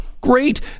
Great